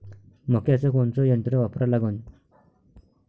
मक्याचं कोनचं यंत्र वापरा लागन?